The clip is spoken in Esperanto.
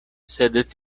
sed